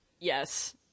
Yes